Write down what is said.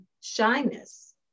shyness